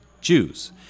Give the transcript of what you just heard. Jews